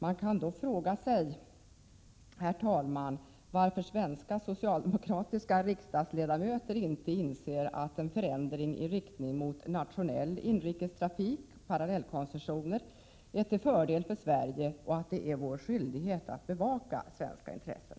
Man kan då fråga sig varför svenska socialdemokratiska riksdagsledamöter inte inser att en förändring i riktning mot nationell inrikestrafik, parallellkoncessioner, är till fördel för Sverige och att det är vår skyldighet att bevaka svenska intressen.